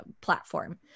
platform